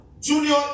Junior